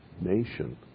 nation